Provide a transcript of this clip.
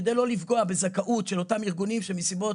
כדי לא לפגוע בזכאות של אותם ארגונים שמסיבות